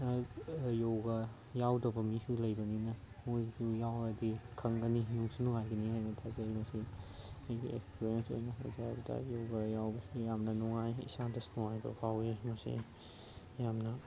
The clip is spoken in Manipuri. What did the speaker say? ꯌꯣꯒꯥ ꯌꯥꯎꯗꯕ ꯃꯤꯁꯨ ꯂꯩꯕꯅꯤꯅ ꯃꯣꯏꯁꯨ ꯌꯥꯎꯔꯗꯤ ꯈꯪꯒꯅꯤ ꯅꯨꯡꯁꯨ ꯅꯨꯡꯉꯥꯏꯒꯅꯤ ꯍꯥꯏꯕ ꯊꯥꯖꯩ ꯃꯁꯤ ꯑꯩꯒꯤ ꯑꯦꯛꯁꯄꯤꯔꯤꯌꯦꯟꯁ ꯑꯣꯏꯅ ꯍꯥꯏꯖꯔꯕꯗ ꯌꯣꯒꯥ ꯌꯥꯎꯕꯁꯤ ꯌꯥꯝꯅ ꯅꯨꯡꯉꯥꯏ ꯏꯁꯥꯗꯁꯨ ꯅꯨꯡꯉꯥꯏꯕ ꯐꯥꯎꯏ ꯃꯁꯤ ꯌꯥꯝꯅ